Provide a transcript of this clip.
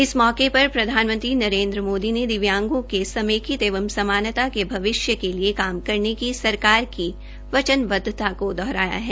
इस मौके प्रधानमंत्री नरेन्द्र मोदी ने दिव्यांगों के समेकित एवं समानता के भविष्य के लिए काम करने की सरकार की वचनबद्वता को दोहराया है